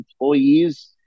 employees